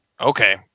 Okay